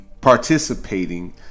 participating